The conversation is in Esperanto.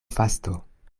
fasto